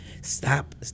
Stop